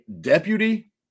deputy